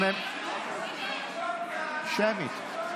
הממשלה מבקשת הצבעה שמית.